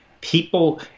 People